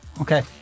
okay